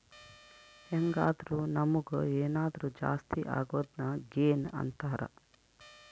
ಹೆಂಗಾದ್ರು ನಮುಗ್ ಏನಾದರು ಜಾಸ್ತಿ ಅಗೊದ್ನ ಗೇನ್ ಅಂತಾರ